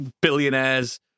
billionaires